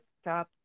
stop